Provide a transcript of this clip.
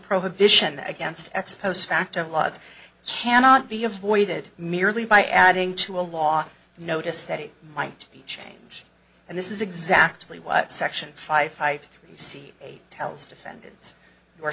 prohibition against ex post facto laws cannot be avoided merely by adding to a law notice that it might be changed and this is exactly what section five five three see eight tells defendants